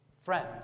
Friends